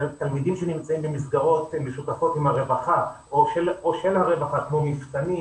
תלמידים שנמצאים במסגרות משותפות עם הרווחה או של הרווחה כמו מפתנים,